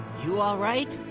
you all right?